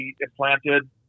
implanted